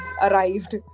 arrived